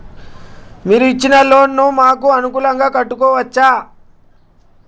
మీరు ఇచ్చిన లోన్ ను మాకు అనుకూలంగా కట్టుకోవచ్చా?